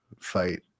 fight